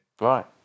Right